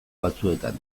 batzuetan